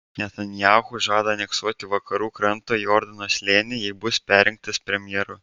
netanyahu žada aneksuoti vakarų kranto jordano slėnį jei bus perrinktas premjeru